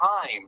time